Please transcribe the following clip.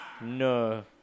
No